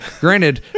Granted